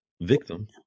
victim